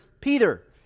Peter